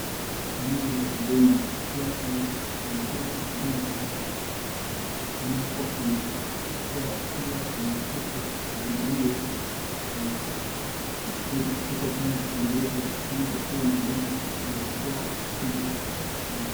Eneo la huduma, ikiwa imeandikwa kuendeleza huduma bora. Eneo unaweza kuwa ukiwa unataka uhudumiwe na kitu chochote kama kitambulisho ama ukuwe na licence , unaweza kuwa ukuje hapa.